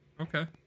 okay